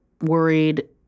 worried